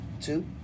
Two